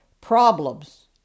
problems